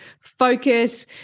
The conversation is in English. focus